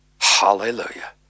Hallelujah